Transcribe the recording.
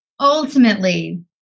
ultimately